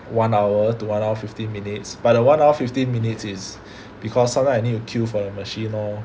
one hour to one hour fifteen minutes but the one hour fifteen minutes it's because sometime I need to queue for the machine lor